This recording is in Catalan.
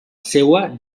seua